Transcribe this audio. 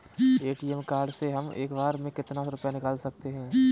ATM card से हम एक बार में कितना रुपया निकाल सकते हैं?